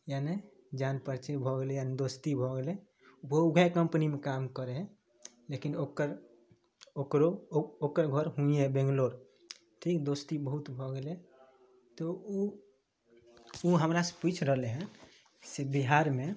यानी जान पर्ची भऽ गेलै यानी दोस्ती भऽ गेलै ओहो उएह कम्पनीमे काम करै है लेकिन ओकर ओकरो ओकर घर हुवें है बैंगलोर ठीक दोस्ती बहुत भऽ गेलै तऽ ओ ओ हमरा से पूछि रहलै हन से बिहारमे